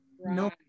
no